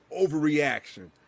overreaction